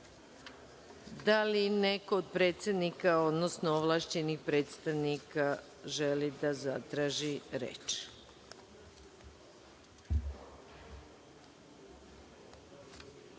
li neko od predsednika, odnosno ovlašćenih predstavnika želi da zatraži